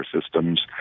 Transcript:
systems